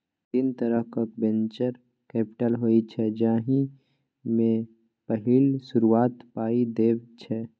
तीन तरहक venture capital होइ छै जाहि मे पहिल शुरुआती पाइ देब छै